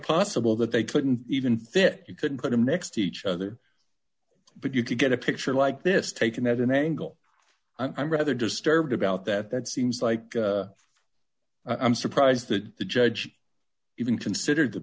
possible that they couldn't even fit you couldn't put them next to each other but you could get a picture like this taken at an angle i'm rather disturbed about that that seems like i'm surprised that the judge even considered th